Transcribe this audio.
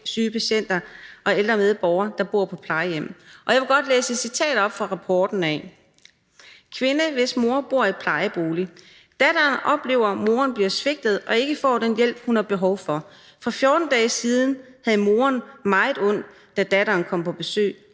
syge patienter og ældre medborgere, der bor på plejehjem. Og jeg vil godt læse et citat fra rapporten op: »Kvinde hvis mor bor i plejebolig. Datteren oplever, at moderen bliver svigtet og ikke får den hjælp, hun har behov for. For 14 dage siden havde moderen meget ondt, da datteren kom på besøg,